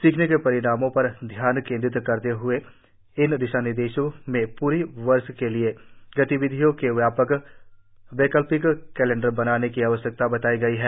सीखने के परिणामों पर ध्यान केन्द्रित करते हुए इन दिशा निर्देशों में पूरे वर्ष के लिए गतिविधियों के व्यापक वैकल्पिक कैलेंडर बनाने की आवश्यकता बतायी गई है